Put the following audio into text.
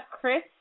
Chris